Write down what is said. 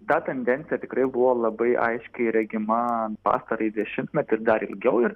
ta tendencija tikrai buvo labai aiškiai regima pastarąjį dešimtmetį ir dar ilgiau ir